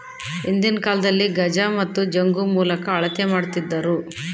ಹಿಂದಿನ ಕಾಲದಲ್ಲಿ ಗಜ ಮತ್ತು ಜಂಗು ಮೂಲಕ ಅಳತೆ ಮಾಡ್ತಿದ್ದರು